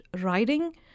writing